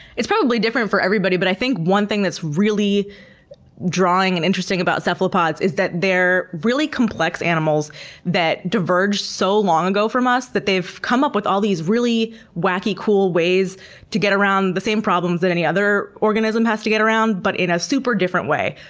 it's probably different for everybody, but i think one thing that's really drawing and interesting about cephalopods is that they're really complex animals that diverged so long ago from us that they've come up with all these really wacky, cool ways to get around the same problems that any other organism has to get around, but in a super different way.